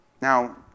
Now